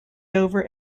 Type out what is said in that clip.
dover